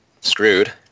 screwed